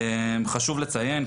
חשוב לציין,